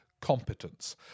competence